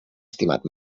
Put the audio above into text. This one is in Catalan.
estimat